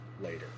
later